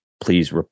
please